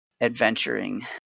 adventuring